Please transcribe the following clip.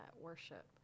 worship